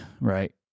right